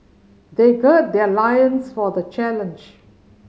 they gird their loins for the challenge